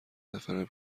نفرم